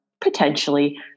potentially